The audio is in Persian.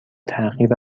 تغییر